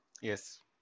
Yes